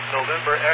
November